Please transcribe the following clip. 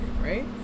right